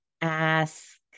ask